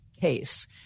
case